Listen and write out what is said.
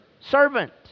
servant